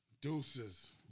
Deuces